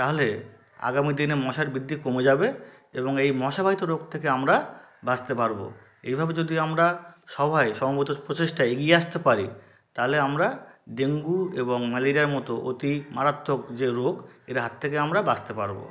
তাহলে আগামী দিনে মশার বৃদ্ধি কমে যাবে এবং এই মশাবাহিত রোগ থেকে আমরা বাঁচতে পারব এইভাবে যদি আমরা সবাই সমবেত প্রচেষ্টায় এগিয়ে আসতে পারি তাহলে আমরা ডেঙ্গু এবং ম্যালেরিয়ার মতো অতি মারাত্মক যে রোগ এর হাত থেকে আমরা বাঁচতে পারব